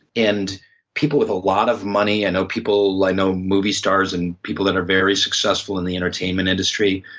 and people with a lot of money. i know people i know movie stars and people that are very successful in the entertainment industry.